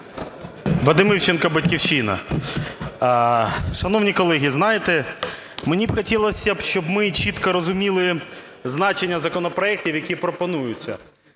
Вадим Івченко, "Батьківщина". Шановні колеги, знаєте, мені хотілося б, щоб ми чітко розуміли значення законопроектів, які пропонуються.